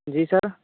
जी sir